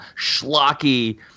schlocky